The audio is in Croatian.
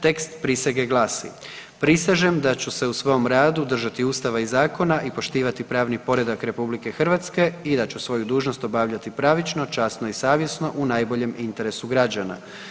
Tekst prisege glasi: Prisežem da ću se u svom radu držati ustava i zakona i poštivati pravni poredak RH i da ću svoju dužnost obavljati pravično, časno i savjesno u najboljem interesu građana.